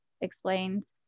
explains